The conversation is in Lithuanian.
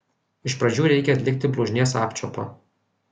iš pradžių reikia atlikti blužnies apčiuopą